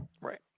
Right